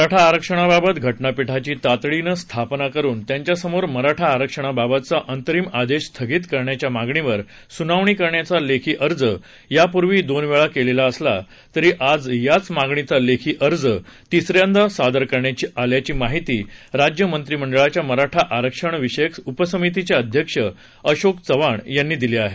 मराठा आरक्षणाबाबत घटनापिठाची तातडीने स्थापना करून त्यांच्यासमोर मराठा आरक्षणाबाबतचा अंतरिम आदेश स्थगित करण्याच्या मागणीवर सुनावणी करण्याचा लेखी अर्ज यापूर्वी दोन वेळा केलेला असला तरी आज याच मागणीचा लेखी अर्ज तिसऱ्यांदा सादर करण्यात आल्याची माहिती राज्य मंत्रिमंडळाच्या मराठा आरक्षण विषयक उपसमितीचे अध्यक्ष अशोक चव्हाण यांनी दिली आहे